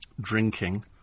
Drinking